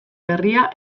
berria